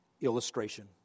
illustration